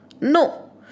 No